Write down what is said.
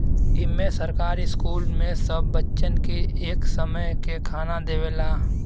इम्मे सरकार स्कूल मे सब बच्चन के एक समय के खाना देवला